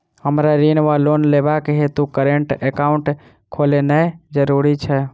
हमरा ऋण वा लोन लेबाक हेतु करेन्ट एकाउंट खोलेनैय जरूरी छै?